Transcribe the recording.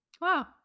Wow